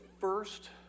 first